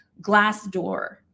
Glassdoor